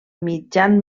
mitjan